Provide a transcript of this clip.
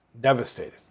devastated